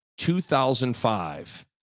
2005